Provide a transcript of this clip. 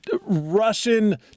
Russian